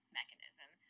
mechanism